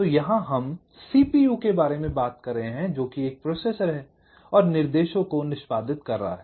तो यहां हम CPU के बारे में बात कर रहे हैं जोकि एक प्रोसेसर है और निर्देशों को निष्पादित कर रहा है